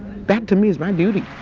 that to me is my duty